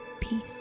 peace